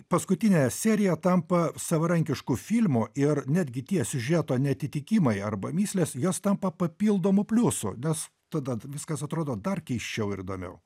paskutinė serija tampa savarankišku filmu ir netgi tie siužeto neatitikimai arba mįslės jos tampa papildomu pliusu nes tada viskas atrodo dar keisčiau ir įdomiau